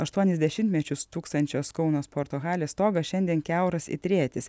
aštuonis dešimtmečius stūksančios kauno sporto halės stogas šiandien kiauras it rėtis